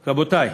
רבותי,